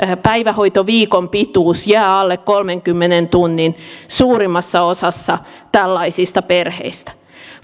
päivähoitoviikon pituus jää alle kolmenkymmenen tunnin suurimmassa osassa tällaisista perheistä